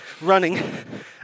running